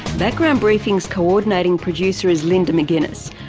background briefing's coordinating producer is linda mcginness,